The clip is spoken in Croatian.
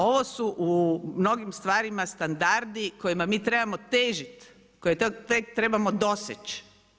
Ovo su u mnogim stvarima standardi kojima mi trebamo težit, koje tek trebamo doseći.